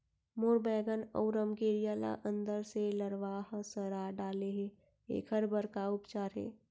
मोर बैगन अऊ रमकेरिया ल अंदर से लरवा ह सड़ा डाले हे, एखर बर का उपचार हे?